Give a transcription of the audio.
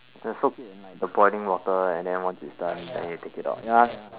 you soak in the like boiling water and then once it's done then you take it out ya ya